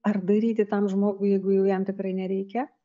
ar daryti tam žmogui jeigu jau jam tikrai nereikia